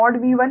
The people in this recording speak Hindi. V 1